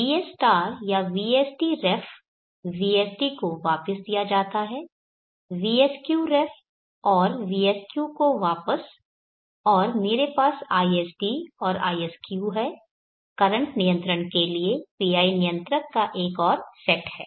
vs या vsdref vsd को वापस दिया जाता है vsqref और vsq को वापस और मेरे पास isd और isq है करंट नियंत्रण के लिए PI नियंत्रक का एक और सेट है